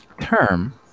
term